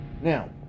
Now